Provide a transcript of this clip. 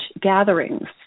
gatherings